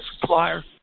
supplier